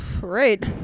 Right